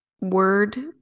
word